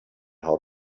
how